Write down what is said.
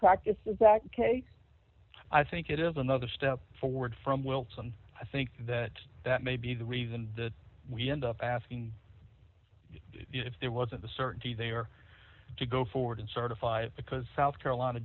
practices act k i think it is another step forward from wilson i think that that may be the reason that we end up asking if there wasn't the certainty they are to go forward and certify it because south carolina